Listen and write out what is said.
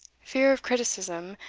fear of criticism,